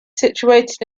situated